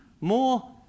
more